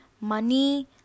money